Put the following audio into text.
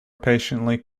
patiently